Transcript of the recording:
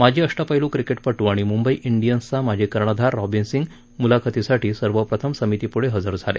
माजी अष्टपैलू क्रिकेटपटू आणि मुंबई इंडियन्सचा माजी कर्णधार रॉबिन सिंग मुलाखतीसाठी सर्वप्रथम समितीपुढं हजर झाला